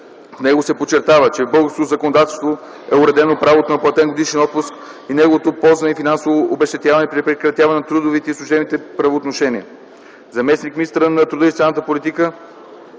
него се подчертава, че в българското законодателство е уредено правото на платен годишен отпуск и неговото ползване и финансово обезщетяване при прекратяване на трудовите и служебните правоотношения. Заместник-министърът на труда и социалната политика